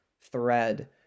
thread